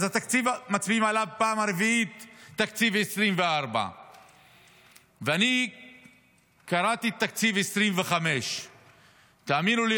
אז מצביעים פעם רביעית על תקציב 2024. אני קראתי את תקציב 2025. תאמינו לי,